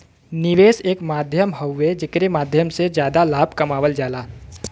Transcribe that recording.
निवेश एक माध्यम हउवे जेकरे माध्यम से जादा लाभ कमावल जाला